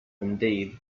indeed